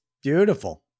Beautiful